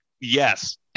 Yes